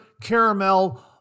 caramel